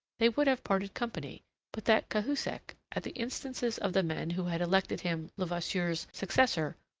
they would have parted company but that cahusac, at the instances of the men who had elected him levasseur's successor,